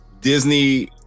Disney